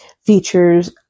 features